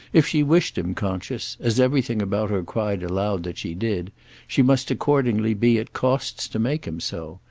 if she wished him conscious as everything about her cried aloud that she did she must accordingly be at costs to make him so.